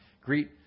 Greet